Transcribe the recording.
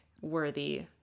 worthy